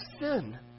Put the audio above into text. sin